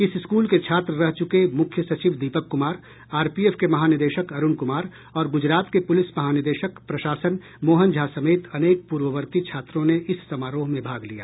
इस स्कूल के छात्र रह चुके मुख्य सचिव दीपक कूमार आरपीएफ के महानिदेशक अरूण कूमार और गूजरात के पूलिस महानिदेशक प्रशासन मोहन झा समेत अनेक पूर्ववर्ती छात्रों ने इस समारोह में भाग लिया